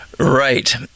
Right